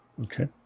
Okay